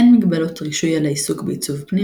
אין מגבלות רישוי על העיסוק בעיצוב פנים